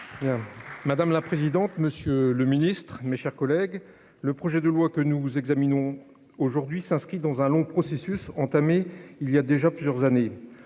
Madame la présidente, monsieur le Ministre, mes chers collègues, le projet de loi que nous examinons aujourd'hui s'inscrit dans un long processus entamé il y a déjà plusieurs années,